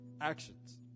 actions